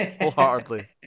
wholeheartedly